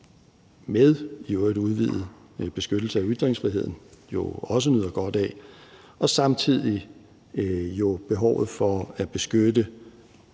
i øvrigt med udvidet beskyttelse af ytringsfriheden jo også nyder godt af, og på den anden side samtidig behovet for at beskytte